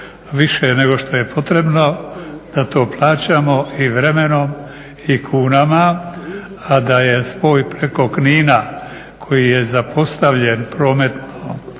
više nego što je potrebno, da to plaćamo i vremenom i kunama a da je spoj preko Knina koji je zapostavljan prometno